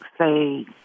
say